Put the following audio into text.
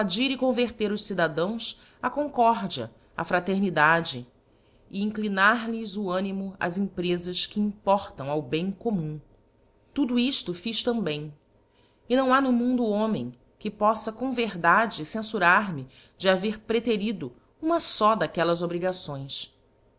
e converter os cidadãos á concórdia á fraternidade e inclinar lhes o animo ás empresas que importam ao bem commum tudo iílo fiz também e não ha no mundo homem que pofla com verdade cenfurar me de haver preterido uma fó d'aquellas obrigações